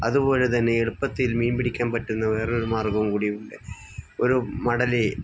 അതുപോലെ തന്നെ എളുപ്പത്തിൽ മീൻ പിടിക്കാൻ പറ്റുന്ന വേറൊരു മാർഗ്ഗവും കൂടിയുണ്ട് ഒരു മടലയെ